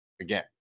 again